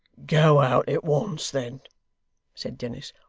go out at once, then said dennis.